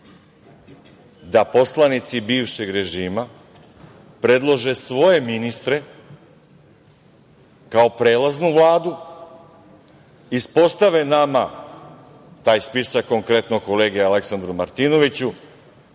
da poslanici bivšeg režima predlože svoje ministre, kao prelaznu vladu, ispostave nama taj spisak, konkretno kolegi Aleksandru Martinoviću